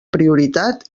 prioritat